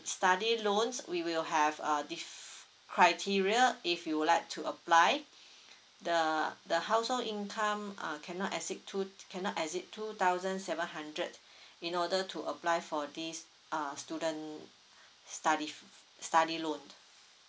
study loans we will have uh diff~ criteria if you would like to apply the the household income uh cannot exceed two cannot exceed two thousand seven hundred in order to apply for this uh student study study loan